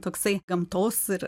toksai gamtos ir